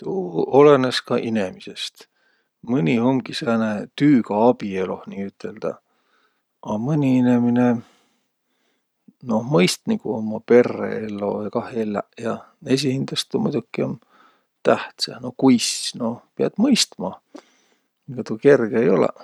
Tuu olõnõs ka inemisest. Mõni umgi sääne tüüga abieloh niiüteldäq, a mõni inemine, noh, mõist nigu umma perreello kah elläq ja. Esiqhindäst tuu muidoki um tähtsä. No kuis? Noh, piät mõistma. Egaq tuu kerge ei olõq.